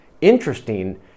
interesting